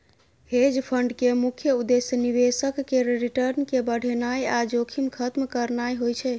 hedge fund के मुख्य उद्देश्य निवेशक केर रिटर्न कें बढ़ेनाइ आ जोखिम खत्म करनाइ होइ छै